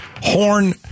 Horn